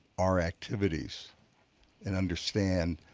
our activities and understand